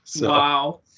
Wow